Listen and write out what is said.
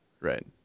Right